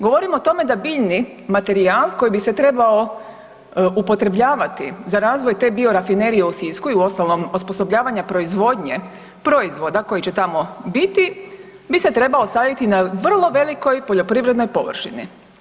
Govorim o tome da biljni materijal koji bi se trebao upotrebljavati za razvoj te Biorafinerije u Sisku i uostalom osposobljavanja proizvodnje proizvoda koji će tamo biti, bi se trebao staviti na vrlo velikoj poljoprivrednoj površini.